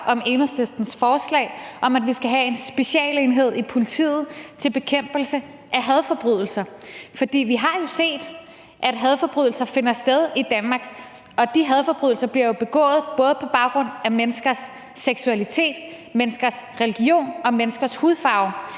om Enhedslistens forslag om, at vi skal have en specialenhed i politiet til bekæmpelse af hadforbrydelser. For vi har jo set, at hadforbrydelser finder sted i Danmark, og de hadforbrydelser bliver jo begået både på baggrund af menneskers seksualitet, menneskers religion og menneskers hudfarve.